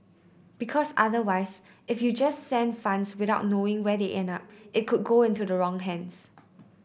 because otherwise if you just send funds without knowing where they end up it could go into the wrong hands